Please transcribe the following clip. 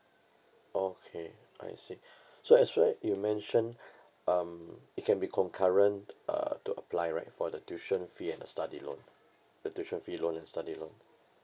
okay I see so as what you mentioned um it can be concurrent uh to apply right for the tuition fee and the study loan the tuition fee loan and study loan